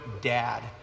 dad